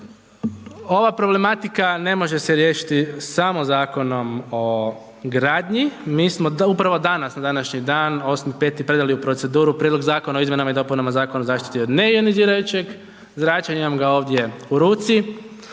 Ova problematika ne može se riješiti samo Zakonom o gradnji, mi smo, upravo danas na današnji dan, 8.5. predali u proceduru Prijedlog zakona o izmjenama i dopunama Zakona o zaštiti od neionizirajućeg zračenja, imam ga ovdje u ruci.